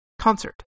concert